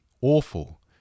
awful